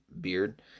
beard